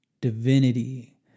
divinity